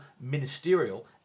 ministerial